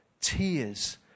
tears